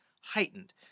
heightened